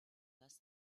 less